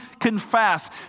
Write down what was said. confess